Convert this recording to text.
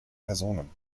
personen